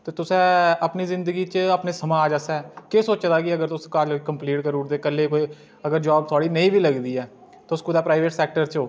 ते तुसें अपनी जिंदगी च अपने समाज आस्तै केह् सोचे दा कि अगर कल तुस कॉलेज कम्पलीट करी ओड़दे कल्लै ई कोई अगर जॉब थुहाड़ी नेईं बी लगदी ऐ तुस कुतै प्राइवेट सेक्टर च ओ